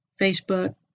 Facebook